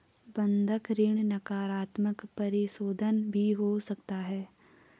बंधक ऋण नकारात्मक परिशोधन भी हो सकता है